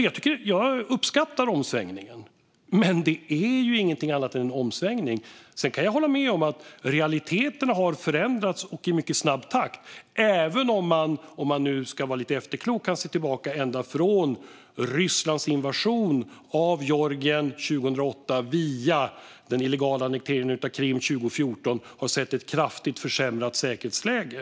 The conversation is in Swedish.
Jag uppskattar omsvängningen, men det är inget annat än en omsvängning. Jag kan hålla med om att realiteten har förändrats i mycket snabb takt - även om man, om man ska vara efterklok, ända sedan Rysslands invasion av Georgien 2008 och den illegala annekteringen av Krim 2014 har sett ett kraftigt försämrat säkerhetsläge.